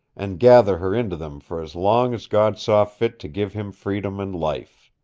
and gather her into them for as long as god saw fit to give him freedom and life.